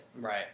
Right